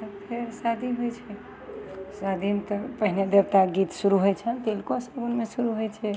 तऽ फेर शादी होइ छै शादीमे तऽ पहिने देवताके गीत शुरू होइ छन्हि शुरू होइ छै